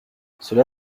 cela